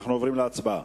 אנו עוברים להצבעה.